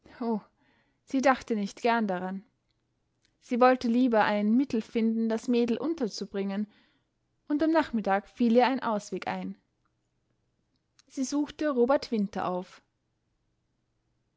sie dachte nicht gern daran sie wollte lieber ein mittel finden das mädel unterzubringen und am nachmittag fiel ihr ein ausweg ein sie suchte robert winter auf